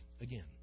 again